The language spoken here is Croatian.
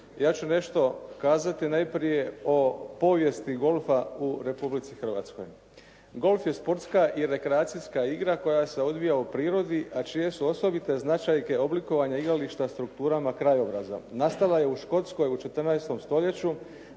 ja ću nešto kazati najprije o povijesti golfa u Republici Hrvatskoj. Golf je sportska i rekreacijska igra koja se odvija u prirodi a čije su osobite značajke oblikovanje igrališta strukturama krajobraza. Nastala je u Škotskoj u 14. stoljeću